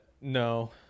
No